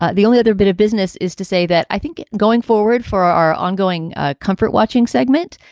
ah the only other bit of business is to say that i think going forward for our ongoing ah comfort watching segment,